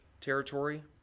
territory